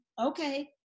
Okay